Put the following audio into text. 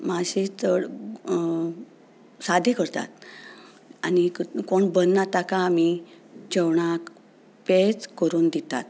मातशें चड सादें करतात आनी कोण बरनात ताका आमी जेवणाक पेज करून दितात